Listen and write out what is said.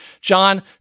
John